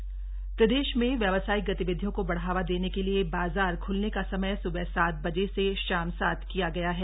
समीक्षा बैठक प्रदेश में व्यावसायिक गतिविधियों को बढ़ावा देने के लिए बाजार खुलने का समय सुबह सात बजे से शाम सात किया गया है